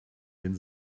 den